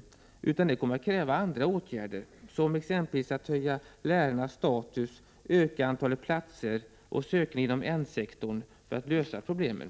Andra åtgärder kommer att krävas, såsom att höja lärarnas status, öka antalet platser och sökande inom N-sektorn för att lösa problemen.